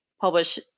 publish